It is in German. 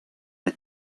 der